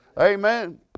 Amen